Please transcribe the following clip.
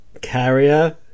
Carrier